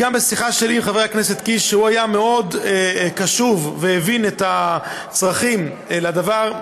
בשיחה שלי עם חבר הכנסת קיש שהיה מאוד קשוב והבין את הצרכים לדבר,